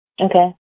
Okay